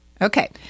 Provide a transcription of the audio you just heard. Okay